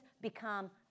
become